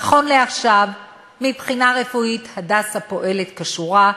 נכון לעכשיו, מבחינה רפואית "הדסה" פועל כשורה,